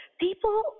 People